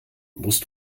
musst